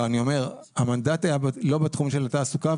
המנדט לא היה בתחום התעסוקה,